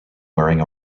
wearing